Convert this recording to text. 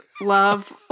love